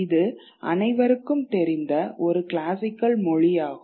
இது அனைவருக்கும் தெரிந்த ஒரு கிளாசிக்கல் மொழியாகும்